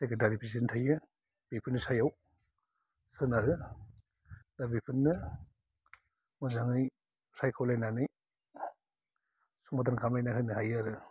secretary president थायो बिसोरनि सायाव सोनारो दा बेफोरनो मोजाङै सायख'लायनानै समाडान खालामनानै होनो हायो आरो